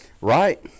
Right